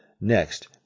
Next